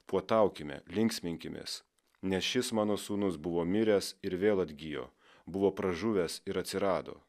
puotaukime linksminkimės nes šis mano sūnus buvo miręs ir vėl atgijo buvo pražuvęs ir atsirado